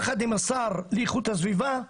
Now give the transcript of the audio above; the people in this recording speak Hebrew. יחד עם השר לאיכות הסביבה,